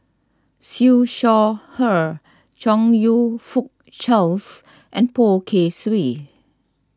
Siew Shaw Her Chong You Fook Charles and Poh Kay Swee